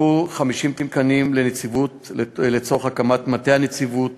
אושרו 50 תקנים לנציבות לצורך הקמת מטה הנציבות